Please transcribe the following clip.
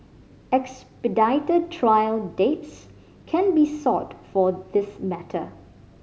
expedited trial dates can be sought for this matter